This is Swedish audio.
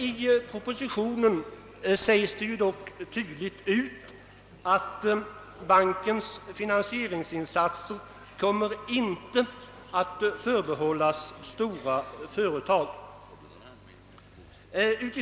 I propositionen sägs det dock tydligt ut att bankens finansieringsinsatser inte kommer att förbehållas stora företag.